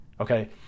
okay